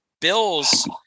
Bills